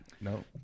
No